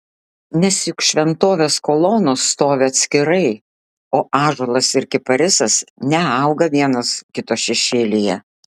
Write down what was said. nes juk šventovės kolonos stovi atskirai o ąžuolas ir kiparisas neauga vienas kito šešėlyje